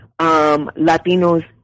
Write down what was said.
Latinos